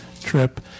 trip